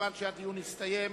סימן שהדיון הסתיים.